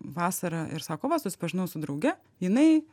vasara ir sako va susipažinau su drauge jinai